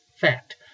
Fact